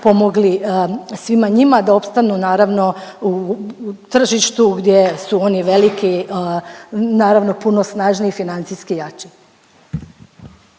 pomogli svima njima da opstanu naravno u tržištu gdje su oni veliki naravno puno snažniji i financijski jači.